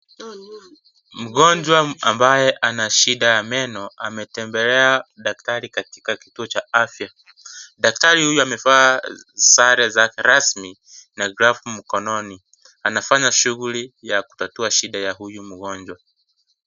Mgonjwa ambaye ana shida ya meno ametembelea daktari katika kituo cha afya. Daktari huyu amevaa sare zake rasmi na glavu mkononi. Anafanya shughuli ya kutatua shida za huyu mgonjwa.